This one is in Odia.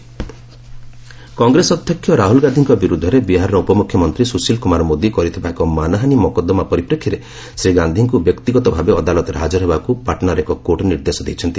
କୋର୍ଟ ରାହୁଲ କଂଗ୍ରେସ ଅଧ୍ୟକ୍ଷ ରାହୁଲ ଗାନ୍ଧିଙ୍କ ବିରୁଦ୍ଧରେ ବିହାରର ଉପମୁଖ୍ୟମନ୍ତ୍ରୀ ସୁଶୀଲ କୁମାର ମୋଦୀ କରିଥିବା ଏକ ମାନହାନୀ ମକଦ୍ଦମା ପରିପ୍ରେକ୍ଷୀରେ ଶ୍ରୀ ଗାନ୍ଧିଙ୍କୁ ବ୍ୟକ୍ତିଗତ ଭାବେ ଅଦାଲତରେ ହାଜର ହେବାକୁ ପାଟଣାର ଏକ କୋର୍ଟ୍ ନିର୍ଦ୍ଦେଶ ଦେଇଛନ୍ତି